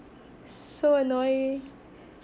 so annoying